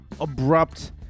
abrupt